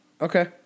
Okay